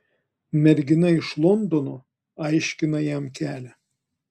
mergina iš londono aiškina jam kelią